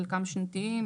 חלקם שנתיים.